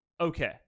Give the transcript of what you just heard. okay